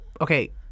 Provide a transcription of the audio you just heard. Okay